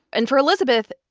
and for elizabeth,